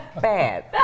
bad